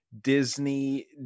disney